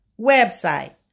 website